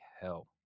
hell